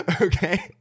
Okay